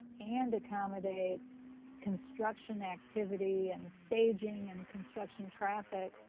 and accommodate construction activity and staging and construction traffic,